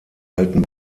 alten